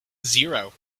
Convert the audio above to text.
zero